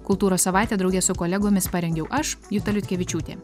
kultūros savaitę drauge su kolegomis parengiau aš juta liutkevičiūtė